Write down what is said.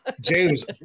James